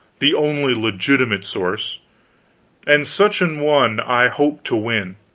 the only legitimate source and such an one i hoped to win